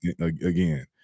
again